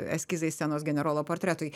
eskizai scenos generolo portretui